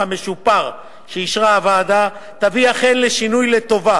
המשופר שאישרה הוועדה תביא אכן לשינוי לטובה